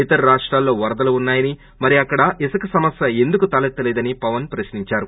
ఇతర రాష్టాల్లో వరదలు ఉన్నాయని మరి అక్కడి ఇసుక సమస్య ఎందుకు తొలెత్తలేదని పవన్ ప్రశ్నించారు